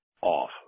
off